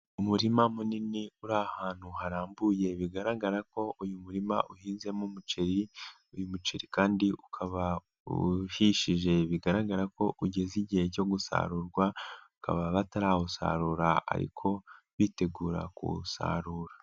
Umurima munini uri ahantu harambuye bigaragara ko uyu murima uhinzemo umuceri, uyu muceri kandi ukaba uhishije, bigaragara ko ugeze igihe cyo gusarurwa, bakaba batarawusarura ariko bitegura kuwusarura.